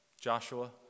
Joshua